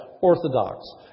orthodox